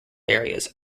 areas